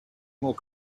more